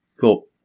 Cool